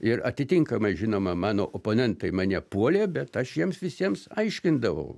ir atitinkamai žinoma mano oponentai mane puolė bet aš jiems visiems aiškindavau